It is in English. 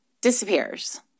disappears